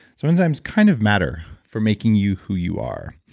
so enzymes kind of matter for making you who you are.